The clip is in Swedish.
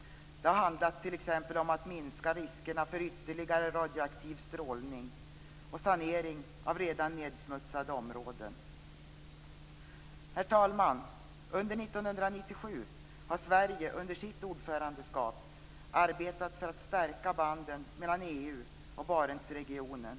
Det har handlat t.ex. om att minska riskerna för ytterligare radioaktiv strålning och om sanering av redan nedsmutsade områden. Herr talman! Under 1997 har Sverige under sitt ordförandeskap arbetat för att stärka banden mellan EU och Barentsregionen.